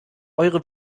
eure